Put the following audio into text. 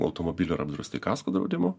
automobilių yra apdrausti kasko draudimu